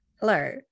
Hello